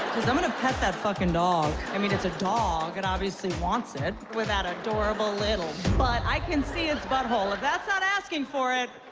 i'm gonna pet that fucking dog. i mean it's a dog and it obviously wants it. with that adorable, little butt. i can see its butthole. if that's not asking for it,